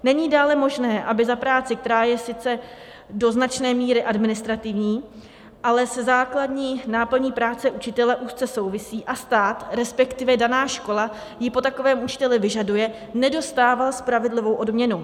Není dále možné, aby za práci, která je sice do značné míry administrativní, ale se základní náplní práce učitele úzce souvisí a stát resp. daná škola ji po takovém učiteli vyžaduje, nedostával spravedlivou odměnu.